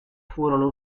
furono